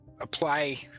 apply